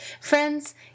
Friends